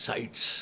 Sites